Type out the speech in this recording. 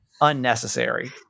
unnecessary